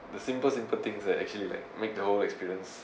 the simple simple things that actually like make the whole experience